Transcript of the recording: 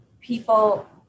people